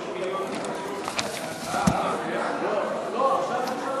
שירותי חשמל ומים למוסדות חינוך (תיקוני חקיקה),